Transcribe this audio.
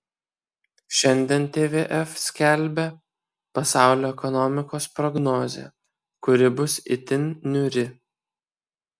šiandien tvf skelbia pasaulio ekonomikos prognozę kuri bus itin niūri